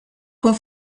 con